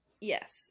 Yes